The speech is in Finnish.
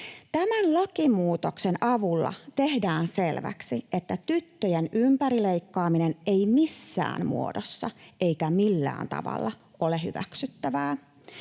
Tämän lakimuutoksen avulla tehdään selväksi, että tyttöjen ympärileikkaaminen ei missään muodossa eikä millään tavalla ole hyväksyttävää.